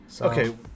Okay